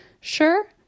Sure